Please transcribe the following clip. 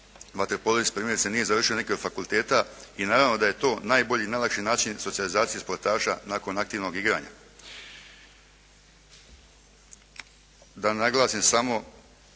vaterpolist primjerice nije završio neki od fakulteta i naravno da je to najbolji, najlakši način socijalizacije sportaša nakon aktivnog igranja. Da naglasim samo